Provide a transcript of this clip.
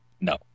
No